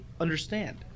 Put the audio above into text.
understand